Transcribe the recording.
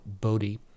Bodhi